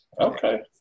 Okay